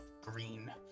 green